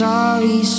Sorry